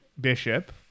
Bishop